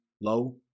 low